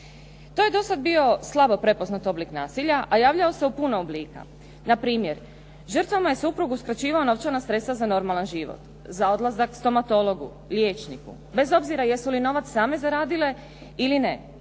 To je do sad bio slabo prepoznat oblik nasilja, a javljao se u puno oblika. Na primjer, žrtvama je suprug uskraćivao novčana sredstva za normalan život, za odlazak stomatologu, liječniku, bez obzira jesu li novac same zaradile ili ne.